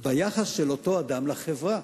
ביחס של אותו אדם לחברה.